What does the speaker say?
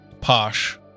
posh